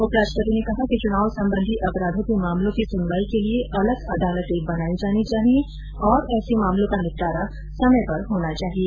उपराष्ट्रपति ने कहा कि चुनाव संबंधी अपराधों के मामलों की सुनवाई के लिए अलग अदालतें बनाई जानी चाहिए और ऐसे मामलों का निपटारा समय पर होना चाहिए